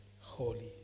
holy